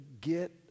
get